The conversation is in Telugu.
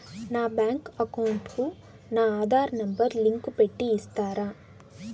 నా బ్యాంకు అకౌంట్ కు నా ఆధార్ నెంబర్ లింకు పెట్టి ఇస్తారా?